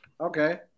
Okay